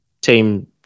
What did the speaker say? team